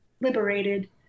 liberated